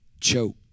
choked